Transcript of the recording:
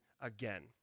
again